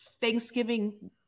Thanksgiving